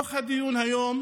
בתוך הדיון היום